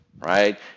Right